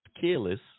careless